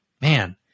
Man